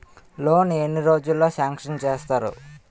Loan ఎన్ని రోజుల్లో sanction చేస్తారు?